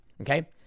Okay